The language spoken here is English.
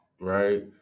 right